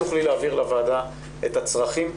אם תוכלי להעביר לוועדה את הצרכים,